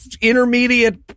intermediate